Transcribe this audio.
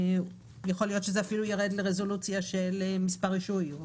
יכול להיות שזה אפילו ירד לרזולוציה של מספר רישוי.